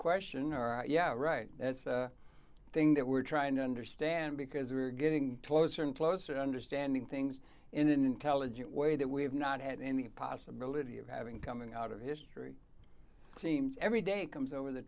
question our yeah right it's a thing that we're trying to understand because we're getting closer and closer to understanding things in an intelligent way that we have not had any possibility of having coming out of history it seems every day comes over the